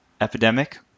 epidemic